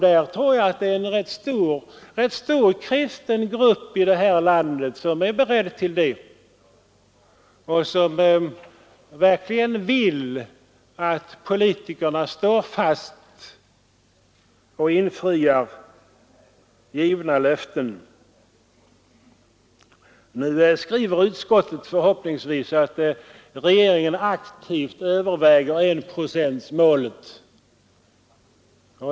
Jag tror också att det redan finns rätt stor kristen grupp i det här landet som är beredd till det och som räknar med att politikerna står fast och i vart fall infriar givna löften. Nu skriver utskottet förhoppningsfullt att regeringen ”aktivt överväger” enprocentsmålet.